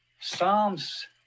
Psalms